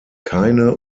keine